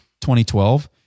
2012